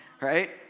right